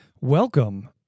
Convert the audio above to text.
Welcome